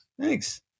Thanks